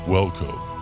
Welcome